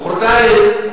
מחרתיים